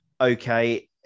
okay